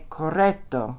corretto